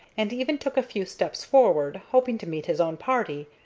and even took a few steps forward, hoping to meet his own party,